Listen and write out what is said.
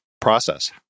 process